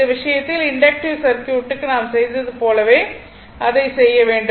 இந்த விஷயத்தில் இண்டக்ட்டிவ் சர்க்யூட்டுக்கு நாம் செய்தது போலவே அதைச் செய்ய வேண்டும்